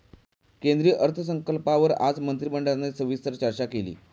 केंद्रीय अर्थसंकल्पावर आज मंत्रिमंडळाने सविस्तर चर्चा केली